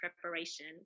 preparation